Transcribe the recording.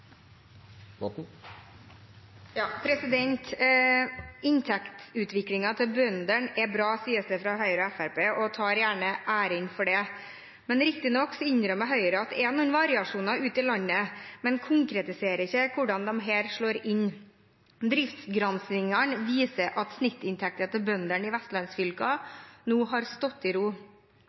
det. Riktignok innrømmer Høyre at det er noen variasjoner ute i landet, men man konkretiserer ikke hvordan dette slår inn. Driftsgranskingene viser at snittinntektene til bøndene i vestlandsfylkene nå har stått i ro.